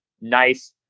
nice